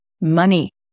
money